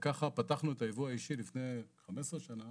וככה פתחנו את הייבוא האישי לפני 15 שנה